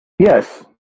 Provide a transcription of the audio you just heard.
Yes